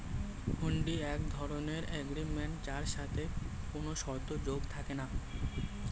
হুন্ডি এক ধরণের এগ্রিমেন্ট যার সাথে কোনো শর্ত যোগ থাকে না